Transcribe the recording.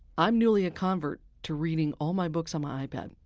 i'm newly a convert to reading all my books on my ipad.